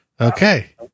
Okay